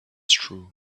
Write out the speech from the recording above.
true